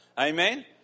Amen